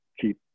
keep